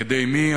על-ידי מי?